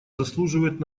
заслуживает